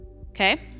okay